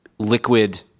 liquid